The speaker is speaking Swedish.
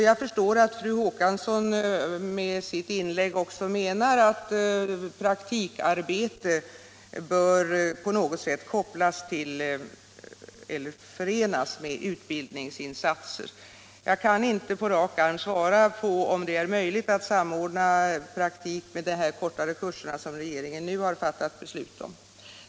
Jag förstår att fru Håkansson med sitt tillägg också menar att praktikarbete bör på något sätt kopplas till eller förenas med utbildningsinsatser. Jag kan dock inte på rak arm svara på om det är möjligt att samordna praktik med de kortare kurser som regeringen nu har fattat beslut om.